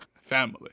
family